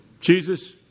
Jesus